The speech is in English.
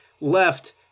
left